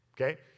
Okay